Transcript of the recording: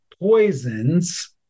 poisons